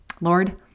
Lord